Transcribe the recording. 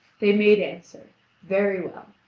they made answer very well!